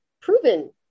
proven